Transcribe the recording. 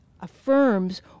affirms